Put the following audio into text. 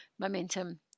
Momentum